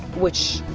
which